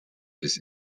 bis